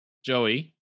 joey